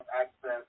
access